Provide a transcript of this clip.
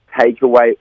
takeaway